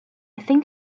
think